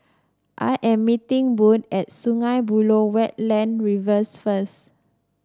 I am meeting Bode at Sungei Buloh Wetland Reserve first